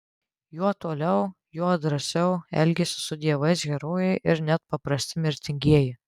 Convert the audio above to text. juo toliau juo drąsiau elgiasi su dievais herojai ir net paprasti mirtingieji